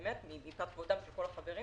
מכבודם של כל החברים